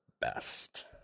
best